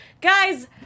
guys